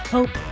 Hope